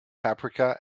paprika